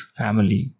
family